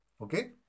Okay